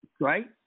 Right